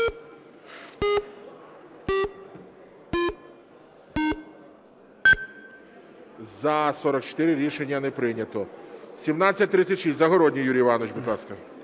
За-44 Рішення не прийнято. 1736. Загородній Юрій Іванович, будь ласка.